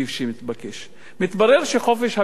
מתברר שחופש הביטוי בישראל,